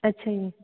ਅੱਛਾ ਜੀ